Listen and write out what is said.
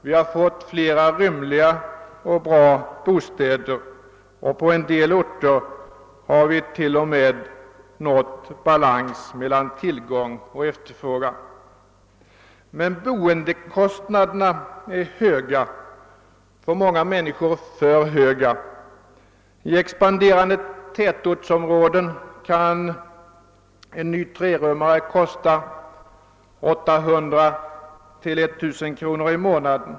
Vi har fått flera rymliga och bra bostäder, och på en del orter har vi t.o.m. nått balans mellan tillgång och efterfrågan. Men boendekostnaderna är höga, för många människor för höga. I expanderande tätortsområden kan en ny trerummare kosta 800—1 009 kronor i månaden.